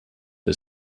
the